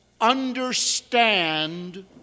understand